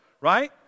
right